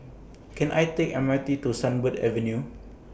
Can I Take M R T to Sunbird Avenue